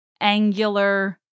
angular